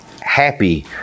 happy